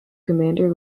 commander